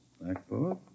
Blackboard